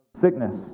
sickness